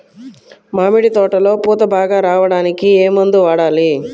మామిడి తోటలో పూత బాగా రావడానికి ఏ మందు వాడాలి?